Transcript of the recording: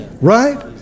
Right